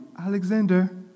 Alexander